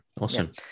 Awesome